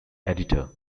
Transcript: editor